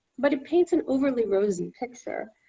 but it paints an overly rosy picture.